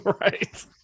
right